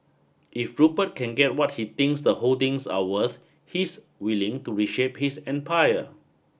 if Rupert can get what he thinks the holdings are worth he's willing to reshape his empire